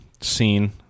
scene